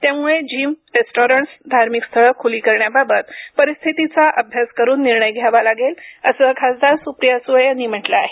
त्यामुळे gym restaurants धार्मिक स्थळ ख्ली करण्याबाबत परिस्थितीचा अभ्यास करून निर्णय घ्यावा लागेल असं खासदार सुप्रिया सुळे यांनी म्हटलं आहे